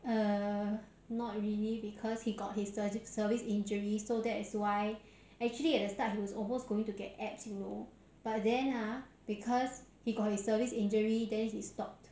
uh not really because he got his service injury so that is why actually at the start he was almost going to get abs you know but then ah because he got a service injury then he stopped